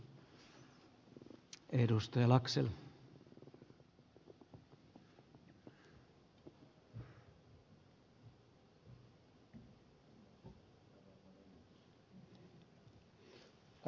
arvoisa puhemies